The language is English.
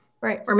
right